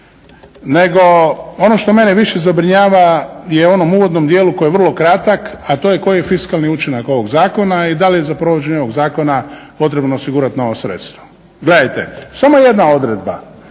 Nego, ono što mene više zabrinjava je u onom uvodnom dijelu koje je vrlo kratak a to koji je fiskalni učinak ovoga zakona i da li je za provođenje ovoga zakona potrebno osigurati nova sredstva. Gledajte, samo jedna odredba